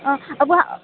वहाँ